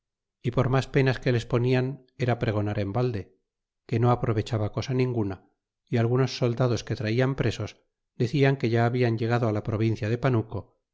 y por mas penas que les ponian era pregonar en valde que no aprovechaba cosa ninguna y algunos soldados que traianpresos decian que ya habian llegado la provincia de panuco